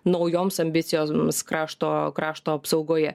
naujoms ambicijos krašto krašto apsaugoje